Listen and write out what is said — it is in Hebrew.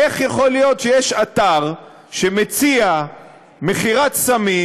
איך יכול להיות שיש אתר שמציע מכירת סמים